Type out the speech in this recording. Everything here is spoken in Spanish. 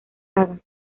sagas